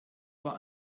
war